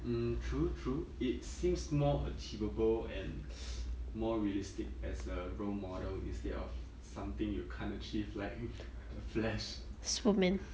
mm true true it seems more achievable and more realistic as a role model instead of something you can't achieve like the flash